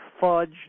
fudge